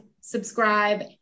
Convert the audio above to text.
subscribe